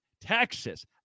Texas